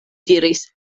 diris